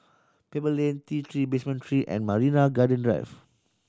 Pebble Lane T Three Basement Three and Marina Garden Drive